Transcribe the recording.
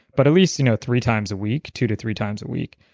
but at least you know three times a week, two to three times a week,